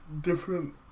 different